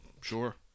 Sure